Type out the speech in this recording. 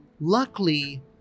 luckily